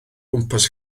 gwmpas